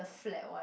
the flat one